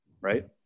right